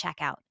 checkout